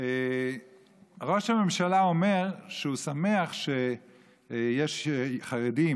ראש הממשלה אומר שהוא שמח שיש חרדים,